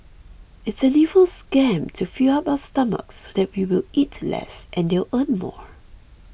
it's an evil scam to fill up our stomachs so that we will eat less and they'll earn more